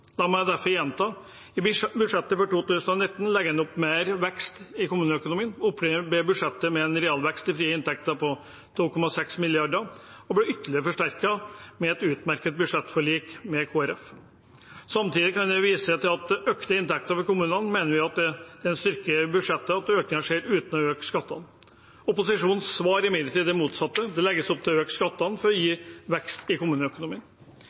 gjenta: I budsjettet for 2019 legger en opp til mer vekst i kommuneøkonomien, med en realvekst i frie inntekter på 2,6 mrd. kr og en ytterligere forsterkning med et utmerket budsjettforlik med Kristelig Folkeparti. Samtidig kan jeg vise til økte inntekter for kommunene, og vi mener det er en styrke i budsjettet at økningen skjer uten at en øker skattene. Opposisjonens svar er imidlertid det motsatte: Det legges opp til å øke skattene for å gi vekst i kommuneøkonomien.